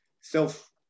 self